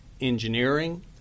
engineering